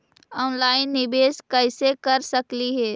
Online निबेस कैसे कर सकली हे?